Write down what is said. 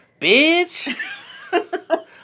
bitch